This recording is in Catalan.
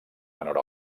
menor